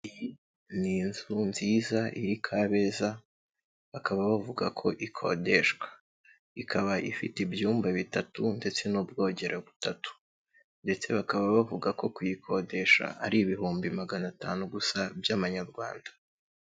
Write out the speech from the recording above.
Ni inzu nziza iri Kabeza bakaba bavuga ko ikodeshwa, ikaba ifite ibyumba bitatu ndetse n'ubwogero butatu ndetse bakaba bavuga ko kuyikodesha ari ibihumbi magana atanu gusa by'amanyarwanda.